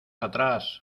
atrás